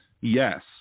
Yes